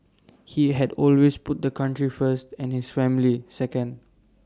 he had always put the country first and his family second